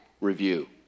review